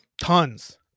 Tons